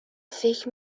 فکر